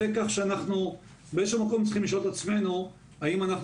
אנחנו באיזשהו מקום צריכים לשאול את עצמנו האם אנחנו